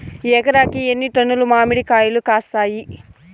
ఎకరాకి ఎన్ని టన్నులు మామిడి కాయలు కాస్తాయి?